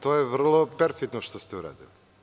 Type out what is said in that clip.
To je vrlo perfidno što ste uradili.